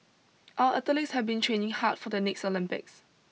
our athletes have been training hard for the next Olympics